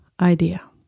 idea